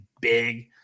big